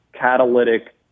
catalytic